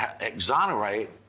exonerate